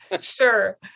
Sure